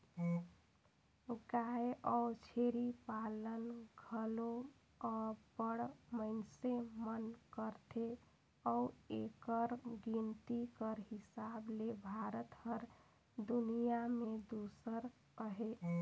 गाय अउ छेरी पालन घलो अब्बड़ मइनसे मन करथे अउ एकर गिनती कर हिसाब ले भारत हर दुनियां में दूसर अहे